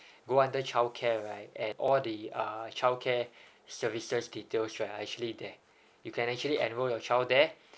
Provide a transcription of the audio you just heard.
go under childcare right and all the uh childcare services details right are actually there you can actually enroll your child there